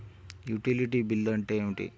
Utility bill అంటే ఏమిటి?